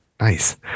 Nice